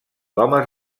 homes